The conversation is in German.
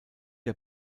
der